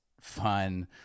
fun